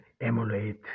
emulate